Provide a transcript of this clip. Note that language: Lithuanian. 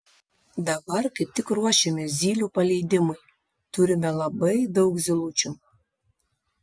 dabar kaip tik ruošiamės zylių paleidimui turime labai daug zylučių